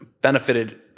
Benefited